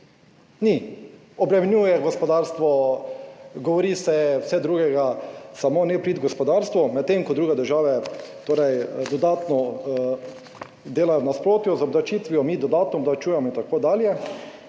ni. Obremenjuje gospodarstvo, govori se vse drugega, samo ne v prid gospodarstvu. Medtem, ko druge države torej dodatno delajo v nasprotju z obdavčitvijo, mi dodatno obdavčujemo in tako dalje.